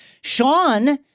Sean